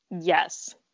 yes